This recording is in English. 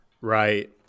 Right